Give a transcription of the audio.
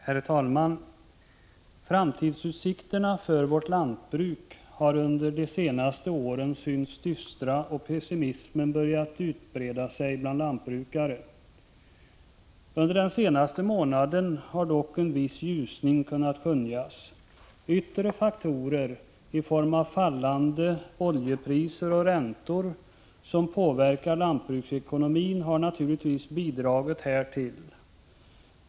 Herr talman! Framtidsutsikterna för vårt lantbruk har under de senaste åren synts dystra, och pessimismen har börjat utbreda sig bland lantbrukarna. Under den senaste månaden har det dock kunnat skönjas en viss ljusning. Yttre faktorer, som fallande oljepriser och räntor som påverkar lantbruksekonomin, har naturligtvis bidragit härtill.